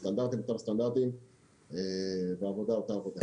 הסטנדרטים הם אותם סטנדרטים והעבודה אותה עבודה.